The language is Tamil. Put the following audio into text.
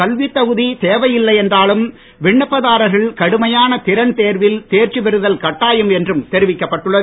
கல்வித் தகுதி தேவையில்லை என்றாலும் விண்ணப்பதாரர்கள் கடுமையான திறன் தேர்வில் தேர்ச்சி பெறுதல் கட்டாயம் என்றும் தெரிவிக்கப்பட்டுள்ளது